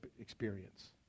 experience